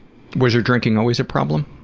was her drinking always a problem?